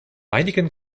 einigen